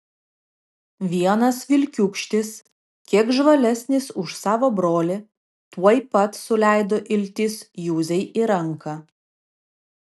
vienas vilkiūkštis kiek žvalesnis už savo brolį tuoj pat suleido iltis juzei į ranką